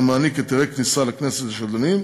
המעניק היתרי כניסה לכנסת לשדלנים,